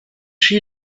she